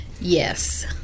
Yes